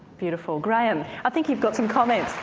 beautiful. graham i think you've got some comments.